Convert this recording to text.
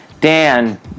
Dan